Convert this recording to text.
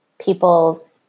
people